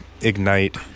ignite